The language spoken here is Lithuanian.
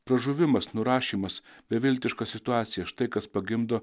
pražuvimas nurašymas beviltiška situacija štai kas pagimdo